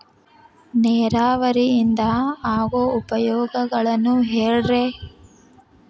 ನೇರಾವರಿಯಿಂದ ಆಗೋ ಉಪಯೋಗಗಳನ್ನು ಹೇಳ್ರಿ